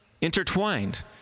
intertwined